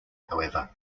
however